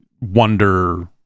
wonder